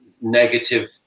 negative